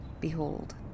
Behold